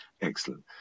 Excellent